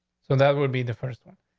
so that would be the first one.